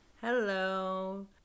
Hello